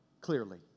Clearly